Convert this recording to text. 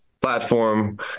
platform